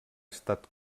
estat